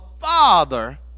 father